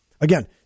again